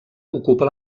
ocupa